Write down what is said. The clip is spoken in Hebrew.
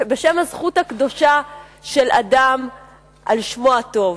בשם הזכות הקדושה של אדם לשמו הטוב,